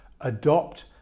adopt